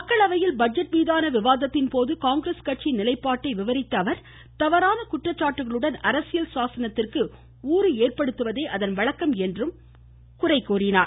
மக்களவையில் பட்ஜெட்மீதான விவாதத்தின்போது காங்கிரஸ் கட்சியின் நிலைப்பாட்டை விவரித்த அவர் தவறான குற்றச்சாட்டுக்களுடன் அரசியல் சாசனத்திற்கு ஊறு ஏற்படுத்துவதே அதன் வழக்கம் என்றும் கூறினார்